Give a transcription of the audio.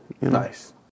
nice